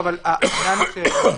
חשוב לי העיקרון, לא הנוסח.